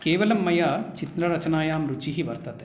केवलं मया चित्ररचनायां रुचिः वर्तते